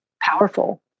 powerful